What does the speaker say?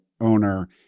owner